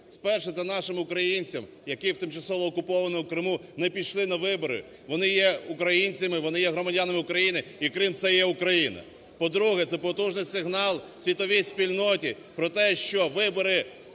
Спершу – це нашим українцям, які в тимчасово окупованому Криму не пішли на вибори. Вони є українцями, вони є громадянами України і Крим – це є Україна. По-друге – це потужний сигнал світовій спільноті про те, що вибори,